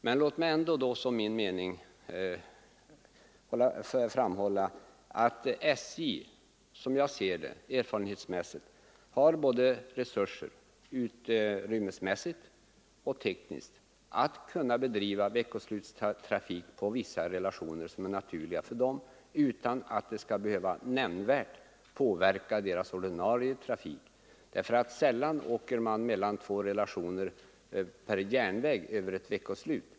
Men låt mig ändå som min mening framhålla att SJ, som jag erfarenhetsmässigt ser det, har både utrymmesmässiga och tekniska resurser att bedriva veckoslutstrafik mellan vissa relationer som är naturliga för företaget, utan att detta skall behöva nämnvärt påverka SJ:s ordinarie trafik. Man reser nämligen sällan med tåg mellan två relationer över ett veckoslut.